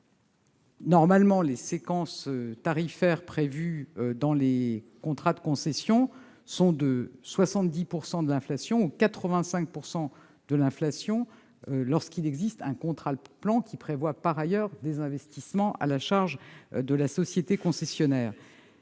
de 10,14 %. Les séquences tarifaires prévues dans les contrats de concession sont de 70 % de l'inflation ou de 85 % de l'inflation lorsqu'il existe un contrat de plan prévoyant par ailleurs des investissements à la charge de la société concessionnaire.